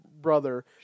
brother